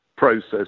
process